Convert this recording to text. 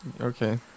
Okay